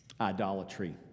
idolatry